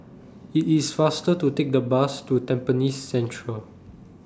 IT IS faster to Take The Bus to Tampines Central